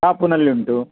ಕಾಪುನಲ್ಲಿ ಉಂಟು